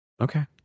Okay